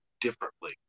differently